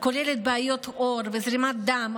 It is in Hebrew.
הכוללת בעיות עור וזרימת דם,